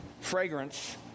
fragrance